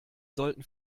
sollten